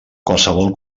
qualsevol